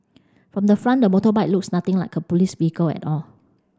from the front the motorbike looks nothing like a police vehicle at all